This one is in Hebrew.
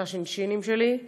שלושה שינשינים שלי.